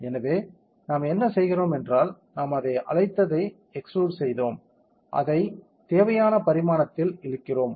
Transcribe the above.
எனவே நாம் என்ன செய்கிறோம் என்றால் நாம் அதை அழைத்ததை எக்ஸ்ட்ரூட் செய்தோம் அதைத் தேவையான பரிமாணத்தில் இழுக்கிறோம்